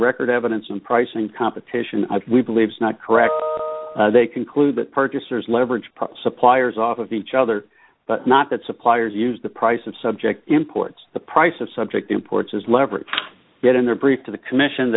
record evidence and pricing competition we believe is not correct they conclude that purchasers leveraged suppliers off of each other but not that suppliers use the price of subject imports the price of subject imports as leverage get in their brief to the commission